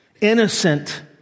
innocent